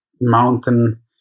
mountain